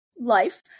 life